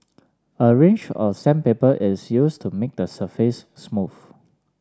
a range of sandpaper is used to make the surface smooth